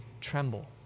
tremble